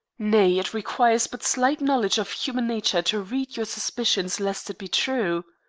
nay, it requires but slight knowledge of human nature to read your suspicions lest it be true.